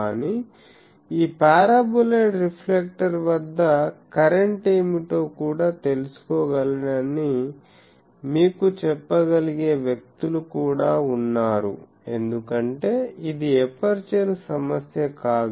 కానీ ఈ paraboloid reflector వద్ద కరెంట్ ఏమిటో కూడా తెలుసుకోగలనని మీకు చెప్పగలిగే వ్యక్తులు కూడా ఉన్నారు ఎందుకంటే ఇది ఎపర్చరు సమస్య కాదు